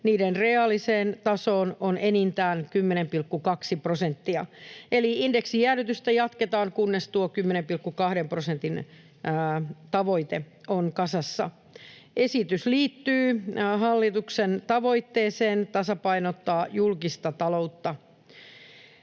niiden reaaliseen tasoon on enintään 10,2 prosenttia. Eli indeksijäädytystä jatketaan, kunnes tuo 10,2 prosentin tavoite on kasassa. Esitys liittyy hallituksen tavoitteeseen tasapainottaa julkista taloutta.